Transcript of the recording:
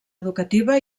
educativa